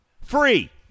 free